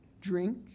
drink